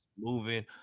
moving